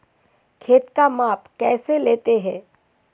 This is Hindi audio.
खेत का माप कैसे लेते हैं?